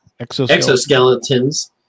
exoskeletons